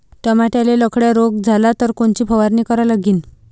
टमाट्याले लखड्या रोग झाला तर कोनची फवारणी करा लागीन?